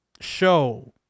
show